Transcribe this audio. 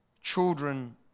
children